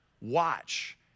Watch